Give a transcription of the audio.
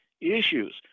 issues